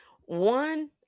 One